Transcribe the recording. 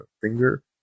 finger